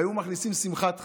והיו מכניסים שמחת חיים,